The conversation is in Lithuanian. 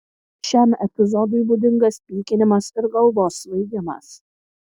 šiam epizodui būdingas pykinimas ir galvos svaigimas